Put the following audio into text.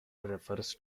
refers